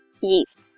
yeast